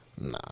Nah